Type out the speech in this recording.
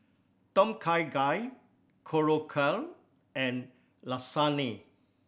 Tom Kha Gai Korokke and Lasagna